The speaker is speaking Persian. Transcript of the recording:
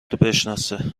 بشناسه